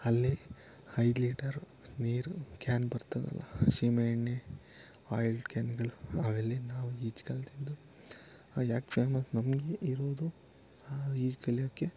ಅಲ್ಲಿ ಐದು ಲೀಟರು ನೀರು ಕ್ಯಾನ್ ಬರ್ತದಲ್ಲ ಸೀಮೆ ಎಣ್ಣೆ ಆಯಿಲ್ ಕ್ಯಾನ್ಗಳು ಅವೆಲ್ಲಿ ನಾವು ಈಜು ಕಲಿತದ್ದು ಯಾಕೆ ಫೇಮಸ್ ನಮಗೆ ಇರೋದು ಆ ಈಜು ಕಲಿಯೋಕೆ